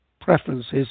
preferences